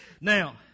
Now